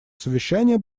совещания